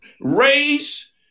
race